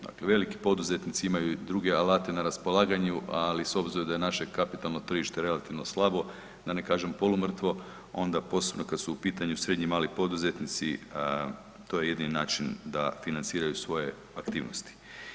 Dakle, veliki poduzetnici imaju i druge alate na raspolaganju, ali s obzirom da je naše kapitalno tržište relativno slabo, da ne kažem polumrtvo, onda posebno kad su u pitanju srednji i mali poduzetnici, to je jedini način da financiraju svoje aktivnosti.